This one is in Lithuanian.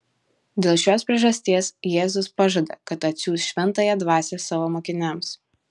dėl šios priežasties jėzus pažada kad atsiųs šventąją dvasią savo mokiniams